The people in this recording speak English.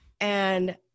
And-